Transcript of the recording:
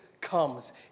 comes